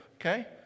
Okay